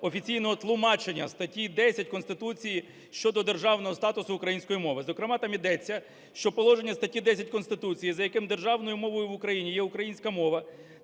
офіційного тлумачення статті 10 Конституції щодо державного статусу української мови. Зокрема, там йдеться, що положення статті 10 Конституції, за якими державною мовою в Україні є українська мова,